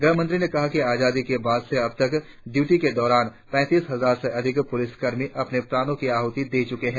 गृहमंत्री ने कहा कि आजादी के बाद से अबतक ड्यूटी के दौरान पैतीस हजार से अधिक पुलिस कर्मी अपने प्राणों की आहुति दे चुके है